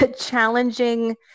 challenging